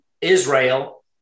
Israel